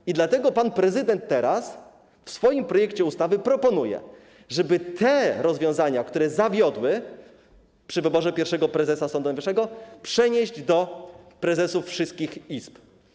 I dlatego pan prezydent teraz w swoim projekcie ustawy proponuje, żeby te rozwiązania, które zawiodły przy wyborze pierwszego prezesa Sądu Najwyższego, przenieść do kwestii prezesów wszystkich izb.